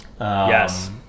yes